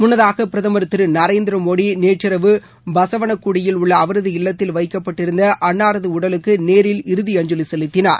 முன்னதாக பிரதமர் திரு நரேந்திரமோடி நேற்று இரவு பசவனக்குடியில் உள்ள அவரது இல்லத்தில் வைக்கப்பட்டிருந்த அன்னாரது உடலுக்கு நேரில் இறுதி அஞ்சலி செலுத்தினார்